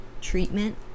treatment